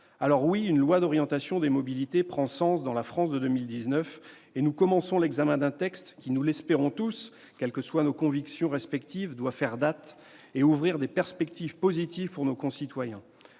projet de loi d'orientation des mobilités prend sens dans la France de 2019 ! Nous commençons l'examen d'un texte qui- nous l'espérons tous, quelles que soient nos convictions respectives -doit faire date et ouvrir des perspectives positives pour nos concitoyens.